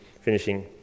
finishing